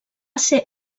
ser